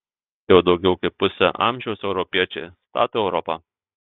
jau daugiau kaip pusę amžiaus europiečiai stato europą